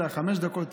אלא חמש דקות,